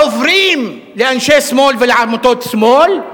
עוברים לאנשי שמאל ולעמותות שמאל,